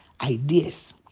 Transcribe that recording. ideas